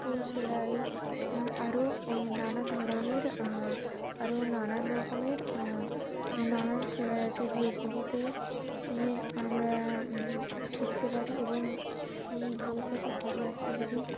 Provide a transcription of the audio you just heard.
ফুল সেলাই আরও নানা ধরনের আরও নানান রকমের নানান সেলাই আছে যেগুলিতে আমরা শিখতে পারি এবং ভবিষ্যতে কাজে আসতে পারি